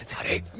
hurry